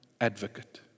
advocate